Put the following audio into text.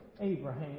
Abraham